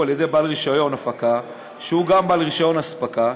על-ידי בעל רישיון הפקה שהוא גם בעל רישיון הספקה,